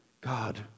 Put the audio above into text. God